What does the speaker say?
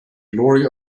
glory